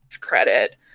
credit